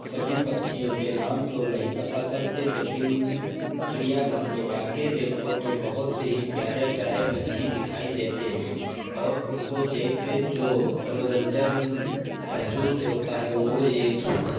सभी पक्षियों के नाम तो नहीं पता चलते लेकिन चिड़ियाघर में जाकर देखो तो बहुत ही प्यारे प्यारे पक्षी दिखाई देते हैं और उनको देखकर जो मनोरन्जन महसूस होता है वह एक सुखद